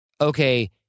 okay